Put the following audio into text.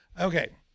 Okay